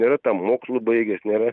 nėra tam mokslų baigęs nėra